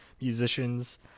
musicians